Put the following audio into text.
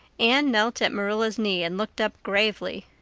anne knelt at marilla's knee and looked up gravely.